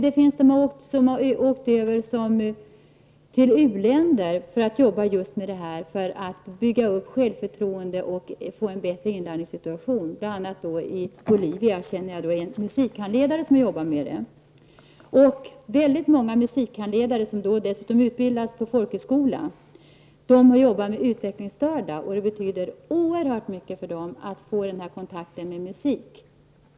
Det finns personer som har åkt över till u-länder och jobbat just med detta för att bygga upp självförtroende och skapa en bättre inlärningssitua tion. Jag känner bl.a. en musikhandledare som har jobbat med det i Bolivia. Många musikhandledare, som dessutom utbildas på folkhögskola, jobbar med utvecklingsstörda, och det betyder oerhört mycket för dem att få kontakt med musik.